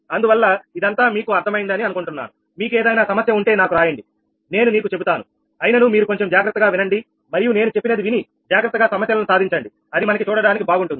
అందువల్ల ఇదంతా మీకు అర్థమైంది అని అనుకుంటున్నాను మీకు ఏదైనా సమస్య ఉంటే నాకు రాయండి నేను నీకు చెబుతాను అయినను మీరు కొంచెం జాగ్రత్తగా వినండి మరియు నేను చెప్పినది విని జాగ్రత్తగా సమస్యలను సాధించండి అది మనకి చూడడానికి బాగుంటుంది